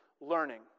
learning